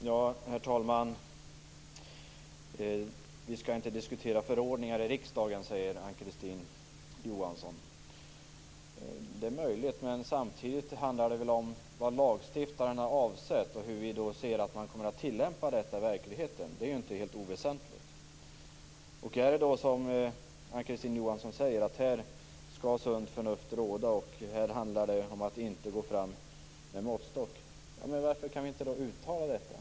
Herr talman! Ann-Kristine Johansson säger att vi inte skall diskutera förordningar i riksdagen. Det är möjligt, men samtidigt handlar det om vad lagstiftaren har avsett och hur reglerna tillämpas i verkligheten. Det är inte helt oväsentligt. Ann-Kristine Johansson säger att sunt förnuft skall råda och att det inte handlar om att gå fram med måttstock. Varför kan vi då inte uttala detta?